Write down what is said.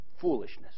Foolishness